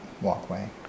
walkway